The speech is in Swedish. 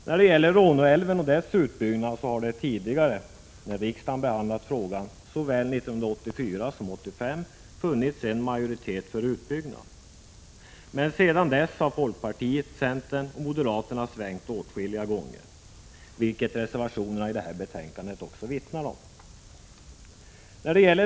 När det gäller Råneälven och dess utbyggnad har det tidigare när riksdagen behandlat frågan såväl 1984 som 1985 funnits en majoritet för utbyggnad, men sedan dess har folkpartiet, centern och moderaterna svängt åtskilliga gånger, vilket reservationerna i betänkandet också vittnar om.